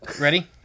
ready